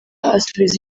asubiza